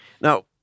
Now